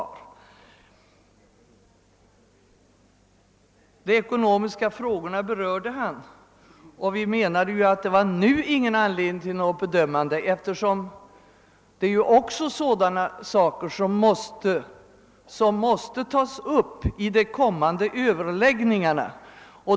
Herr Tobé berörde också de ekono miska frågorna. Utskottsmajoriteten anser att det inte nu finns någon anledning att göra något bedömande, eitersom just sådana ting måste tas upp i de kommande överläggningarna.